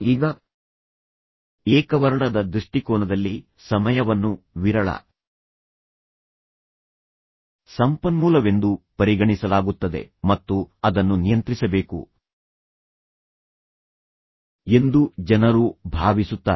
ಈಗ ಏಕವರ್ಣದ ದೃಷ್ಟಿಕೋನದಲ್ಲಿ ಸಮಯವನ್ನು ವಿರಳ ಸಂಪನ್ಮೂಲವೆಂದು ಪರಿಗಣಿಸಲಾಗುತ್ತದೆ ಮತ್ತು ಅದನ್ನು ನಿಯಂತ್ರಿಸಬೇಕು ಎಂದು ಜನರು ಭಾವಿಸುತ್ತಾರೆ